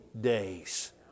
days